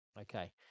Okay